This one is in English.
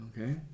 Okay